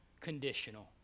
Conditional